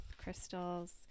crystals